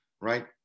right